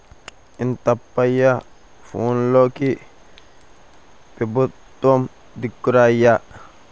ఇంత అప్పయి పోనోల్లకి పెబుత్వమే దిక్కురా అయ్యా